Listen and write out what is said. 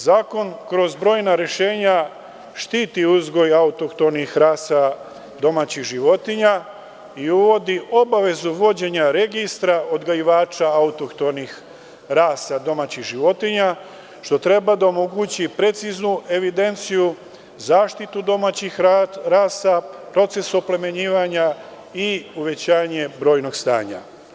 Zakon kroz brojna rešenja štiti uzgoj autohtonih rasa domaćih životinja i uvodi obavezu vođenja registra odgajivača autohtonih rasa domaćih životinja, što treba da omogući preciznu evidenciju, zaštitu domaćih rasa, proces oplemenjivanja i uvećanje brojnog stanja.